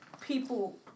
people